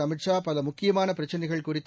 அமித் ஷா பல முக்கியமான பிரச்சினைகள் குறித்து